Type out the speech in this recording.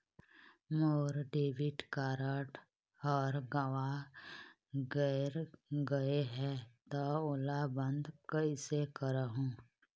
मोर debit card हर गंवा गैर गए हे त ओला बंद कइसे करहूं?